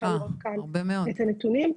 אפשר לראות כאן את הנתונים.